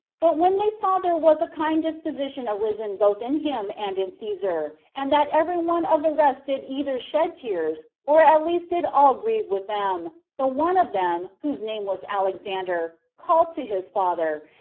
but when they saw there was a kind disposition arisen both in him and in caesar, and that every one of the rest did either shed tears, or at least did all grieve with them, the one of them, whose name was alexander, called to his father,